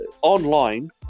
online